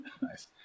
Nice